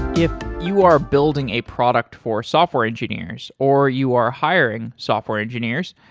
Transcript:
if you are building a product for software engineers, or you are hiring software engineers,